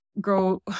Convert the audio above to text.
grow